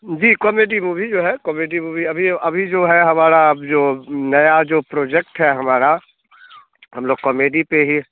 जी comedy movie जो है comedy movie अभी अभी जो है हमारा अब जो नया जो प्रोजेक्ट है हमारा हम लोग कॉमेडी पर ही